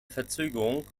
verzögerung